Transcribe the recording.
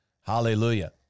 Hallelujah